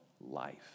life